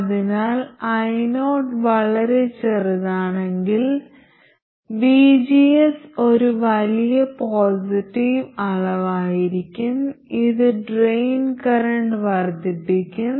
അതിനാൽ io വളരെ ചെറുതാണെങ്കിൽ vgs ഒരു വലിയ പോസിറ്റീവ് അളവായിരിക്കും ഇത് ഡ്രെയിൻ കറന്റ് വർദ്ധിപ്പിക്കും